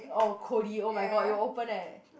oh Cody oh-my-god you opened leh